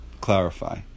clarify